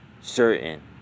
certain